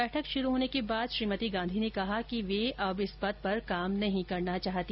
बैठक शुरू होने के बाद श्रीमती गांधी ने कहा कि वे अब इस पद पर काम नहीं करना चाहती